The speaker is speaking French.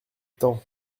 temps